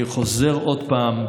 אני חוזר עוד פעם,